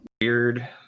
weird